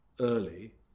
early